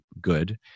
good